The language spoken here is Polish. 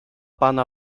pana